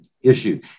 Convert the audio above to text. issue